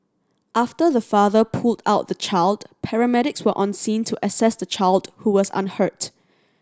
after the father pulled out the child paramedics were on scene to assess the child who was unhurt